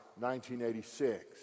1986